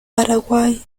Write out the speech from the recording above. paraguay